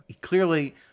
Clearly